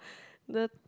the